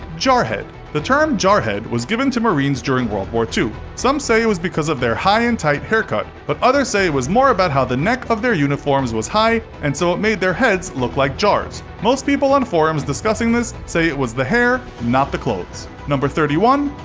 jarhead the term jarhead was given to marines during world war two. some say it was because of their high and tight haircut but others say it was more about how the neck of their uniforms was high and so it made their heads look like jars. most people on forums discussing this say it was the hair, not the clothes. thirty one.